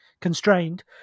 constrained